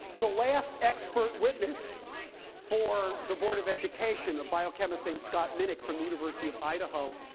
the last expert witness for the board of education, a biochemist named scott minnich from the university of idaho,